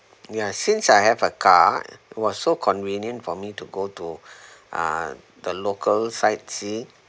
ya since I have a car it was so convenient for me to go to uh the local sightseeing